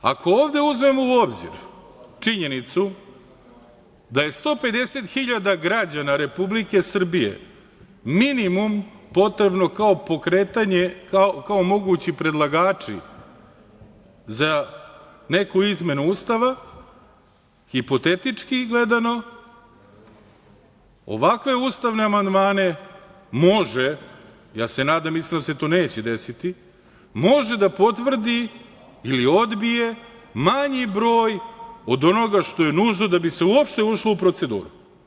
Ako ovde uzmemo u obzir činjenicu da je 150.000 građana Republike Srbije minimum potrebno kao mogući predlagači za neku izmenu Ustava, hipotetički gledano, ovakve ustavne amandmane može, ja se nadam iskreno da se to neće desiti, može da potvrdi ili odbije manji broj od onoga što je nužno da bi se uopšte ušlo u proceduru.